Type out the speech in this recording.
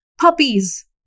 puppies